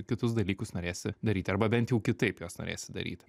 kitus dalykus norėsi daryt arba bent jau kitaip juos norėsi daryt